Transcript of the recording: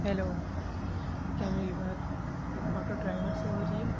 hello کیا میری بات آٹو ڈرائیور سے ہو رہی ہے